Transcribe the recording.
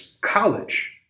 college